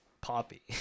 poppy